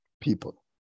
people